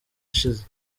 ashize